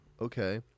okay